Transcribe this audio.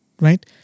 right